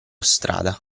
strada